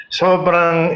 sobrang